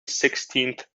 sixteenth